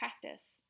practice